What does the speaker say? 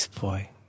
boy